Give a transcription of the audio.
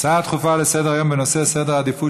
הצעה דחופה לסדר-היום בנושא: סדר העדיפות